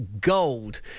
gold